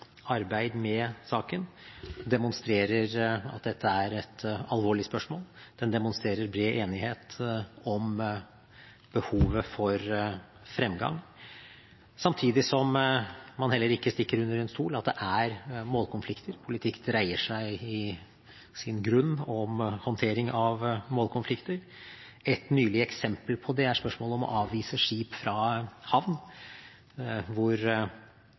arbeid med saken demonstrerer at dette er et alvorlig spørsmål. Det demonstrerer bred enighet om behovet for fremgang samtidig som man heller ikke stikker under stol at det er målkonflikter – politikk dreier seg i sin grunn om håndtering av målkonflikter. Et nylig eksempel på det er spørsmålet om å avvise skip fra havn, hvor